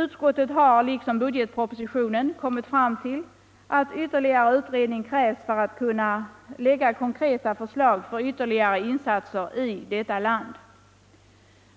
Utskottet har liksom budgetpropositionen kommit fram till att ytterligare utredning krävs för att man skall kunna lägga konkreta förslag till ytterligare insatser i detta land.